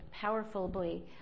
powerfully